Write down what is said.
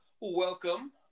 Welcome